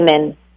women